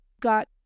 got